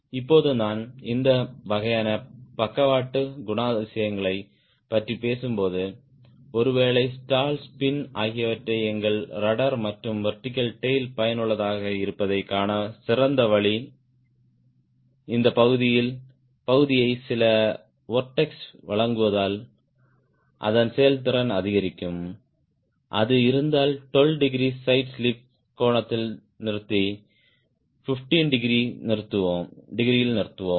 இப்போது நான் இந்த வகையான பக்கவாட்டு குணாதிசயங்களைப் பற்றி பேசும்போது ஒருவேளை ஸ்டால் ஸ்பின் ஆகியவற்றில் எங்கள் ரட்ட்ர் மற்றும் வெர்டிகல் டேய்ல் பயனுள்ளதாக இருப்பதைக் காண சிறந்த வழி இந்த பகுதியை சில வொர்ட்ஸ் வழங்குவதால் அதன் செயல்திறன் அதிகரிக்கும் அது இருந்தால் 12 டிகிரி சைடு ஸ்லிப் கோணத்தில் நிறுத்தி 15 டிகிரியில் நிறுத்துவோம்